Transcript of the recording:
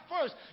first